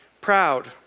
Proud